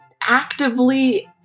actively